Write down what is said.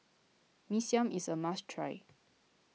Mee Siam is a must try